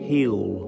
Heal